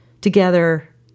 together